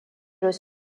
los